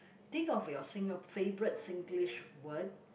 think of your single favourite Singlish word